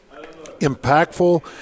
impactful